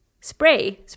spray